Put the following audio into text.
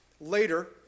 later